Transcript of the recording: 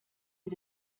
für